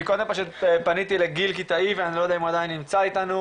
קודם פניתי לגיל קיטאי ואני לא יודע אם הוא עדיין נמצא איתנו,